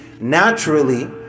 naturally